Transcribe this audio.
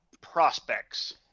prospects